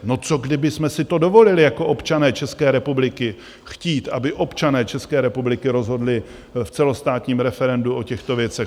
No, co kdybychom si to dovolili jako občané České republiky chtít, aby občané České republiky rozhodli v celostátním referendu o těchto věcech?